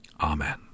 Amen